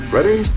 Ready